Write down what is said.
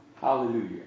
Hallelujah